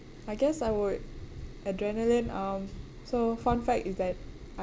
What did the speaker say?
I guess I would adrenaline um so fun fact is that I